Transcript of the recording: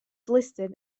listed